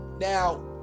Now